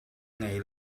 ngei